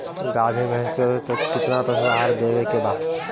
गाभीन भैंस के रोज कितना पशु आहार देवे के बा?